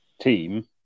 team